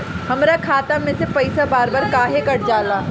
हमरा खाता में से पइसा बार बार काहे कट जाला?